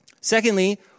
Secondly